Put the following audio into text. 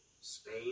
Spain